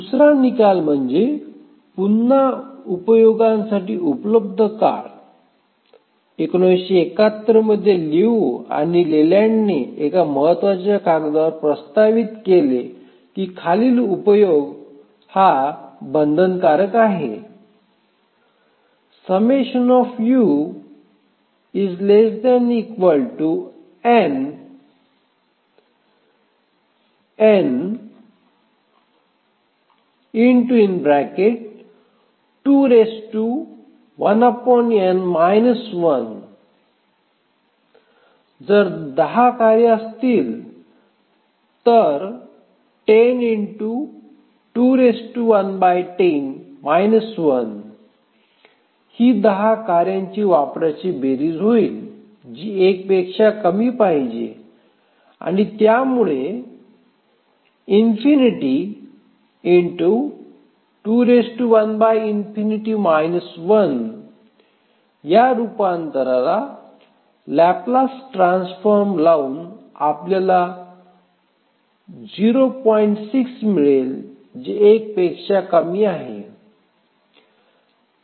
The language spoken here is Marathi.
दुसरा निकाल म्हणजे पुन्हा उपयोगितांसाठी उपलब्ध काळ 1971 मध्ये लिऊ आणि लेलँडने एका महत्त्वाच्या कागदावर प्रस्तावित केले की खालील उपयोग बंधनकारक आहे जर १० कार्य असतील तर ही दहा कार्यांची वापराची बेरीज होईल जी एक पेक्षा कमी पाहिजे त्यामुळे या रूपांतराला लाप्लास ट्रान्सफॉर्म लावून आपल्याला मिळेल जे एक पेक्षा कमी आहे